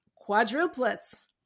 quadruplets